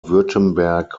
württemberg